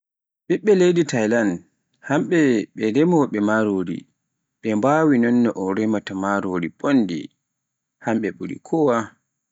ɓiɓɓe leydi Thailand hamɓe ɓe demoɓe marori, ɓe bawi nonno un remaata marori bondi, hamɓe ɓuri kowa.